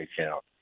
account